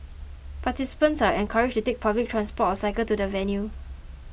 participants are encouraged take public transport or cycle to the venue